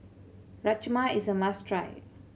rajma is a must try